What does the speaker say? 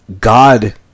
God